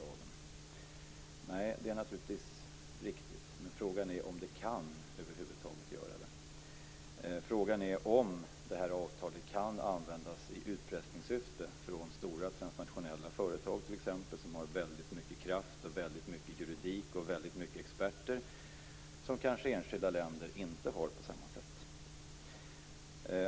Nej, det är naturligtvis riktigt. Men frågan är om regeringen över huvud taget kan det. Frågan är om avtalet kan användas i utpressningssyfte av stora transnationella företag som har mycket kraft, jurister och experter som enskilda länder kanske inte har på samma sätt.